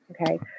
Okay